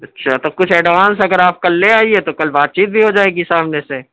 اچھا تو کچھ اڈوانس اگر آپ کل لے آئیے تو کل بات چیت بھی ہو جائے گی سامنے سے